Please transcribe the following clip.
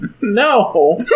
No